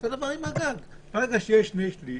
אותו דבר עם הגג, ברגע שיש שני-שליש